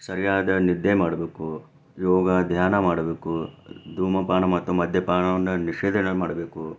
ಸರಿಯಾದ ನಿದ್ದೆ ಮಾಡಬೇಕು ಯೋಗ ಧ್ಯಾನ ಮಾಡಬೇಕು ಧೂಮಪಾನ ಮತ್ತು ಮದ್ಯಪಾನವನ್ನು ನಿಷೇಧ ಮಾಡಬೇಕು